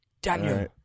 Daniel